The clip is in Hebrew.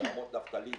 מרמות נפתלי,